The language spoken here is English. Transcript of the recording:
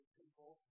people